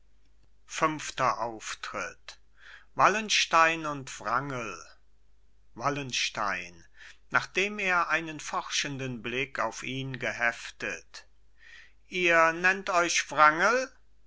fünfter auftritt wallenstein und wrangel wallenstein nachdem er einen forschenden blick auf ihn geheftet ihr nennt euch wrangel